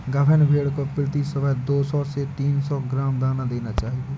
गाभिन भेड़ को प्रति सुबह दो सौ से तीन सौ ग्राम दाना देना चाहिए